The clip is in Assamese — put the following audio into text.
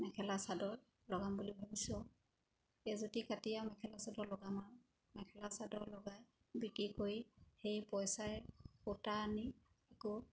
মেখেলা চাদৰ লগাম বুলি ভাবিছোঁ আৰু এইজুতি কাটি আৰু মেখেলা চাদৰ লগাম আৰু মেখেলা চাদৰ লগাই বিক্ৰী কৰি সেই পইচাৰে সূতা আনি আকৌ